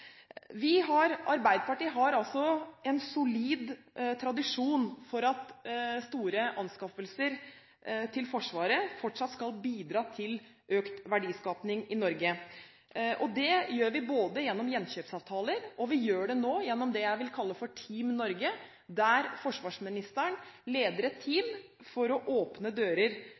i 2013. Arbeiderpartiet har en solid tradisjon for at store anskaffelser til Forsvaret skal bidra til økt verdiskaping i Norge. Det gjør vi både gjennom gjenkjøpsavtaler og nå gjennom det jeg vil kalle «Team Norge», der forsvarsministeren leder et team for å åpne dører